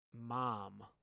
mom